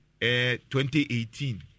2018